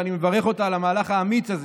ואני מברך אותה על המהלך האמיץ הזה,